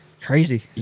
crazy